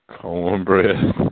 Cornbread